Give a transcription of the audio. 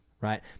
right